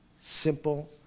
Simple